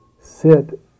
sit